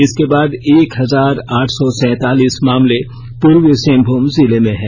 इसके बाद एक हजार आठ सौ सैतालीस मामले पूर्वी सिंहभूम जिले में हैं